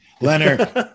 Leonard